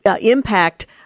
Impact